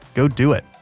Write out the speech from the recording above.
go do it!